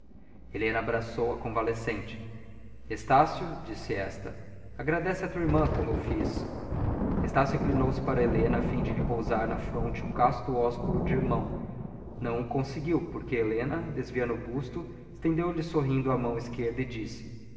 teu helena abraçou a convalescente estácio disse esta agradece à tua irmã como eu fiz estácio inclinou-se para helena a fim de lhe pousar na fronte o casto ósculo de irmão não o conseguiu porque helena desviando o busto estendeu-lhe sorrindo a mão esquerda e disse